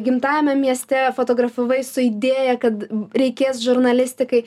gimtajame mieste fotografavai su idėja kad reikės žurnalistikai